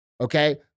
okay